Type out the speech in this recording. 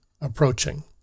approaching